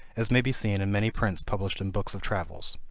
as may be seen in many prints published in books of travels.